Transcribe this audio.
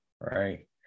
right